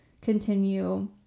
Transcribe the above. continue